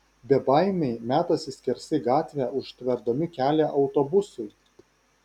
bebaimiai metasi skersai gatvę užtverdami kelią autobusui